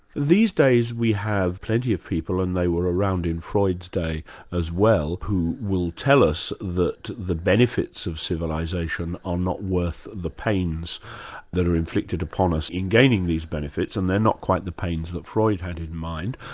these days we have plenty of people, and they were around in freud's day as well, who will tell us that the benefits of civilisation are not worth the pains that are inflicted upon us in gaining these benefits, and they're not quite the pains that freud had in mind.